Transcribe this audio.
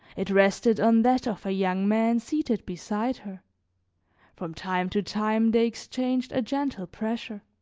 it rested on that of a young man seated beside her from time to time they exchanged a gentle pressure.